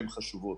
הן חשובות,